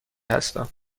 هستم